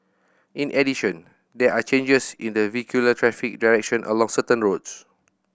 in addition there are changes in the vehicular traffic direction along certain roads